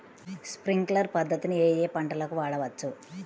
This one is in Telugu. స్ప్రింక్లర్ పద్ధతిని ఏ ఏ పంటలకు వాడవచ్చు?